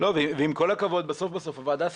--- אתה פנית לווידרמן